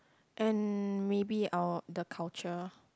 and maybe our the culture